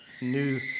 new